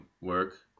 work